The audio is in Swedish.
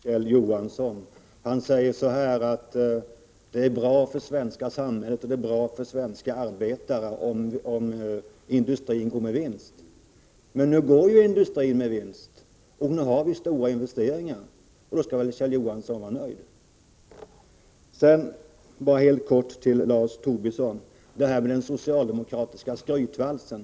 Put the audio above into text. Herr talman! Jag vill göra några korta kommentarer. Kjell Johansson säger att det är bra för det svenska samhället och för svenska arbetare om industrin går med vinst. Men nu går ju industrin med vinst, och stora investeringar har gjorts. Då skall väl Kjell Johansson vara nöjd. Lars Tobisson talade om den socialdemokratiska skrytvalsen.